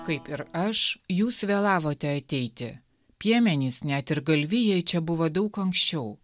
kaip ir aš jūs vėlavote ateiti piemenys net ir galvijai čia buvo daug anksčiau